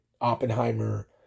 Oppenheimer